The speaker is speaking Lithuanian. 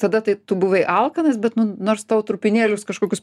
tada tai tu buvai alkanas bet nors tau trupinėlius kažkokius